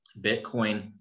Bitcoin